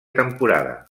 temporada